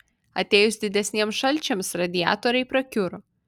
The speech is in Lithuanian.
atėjus didiesiems šalčiams radiatoriai prakiuro